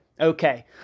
Okay